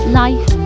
life